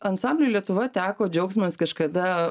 ansambliui lietuva teko džiaugsmas kažkada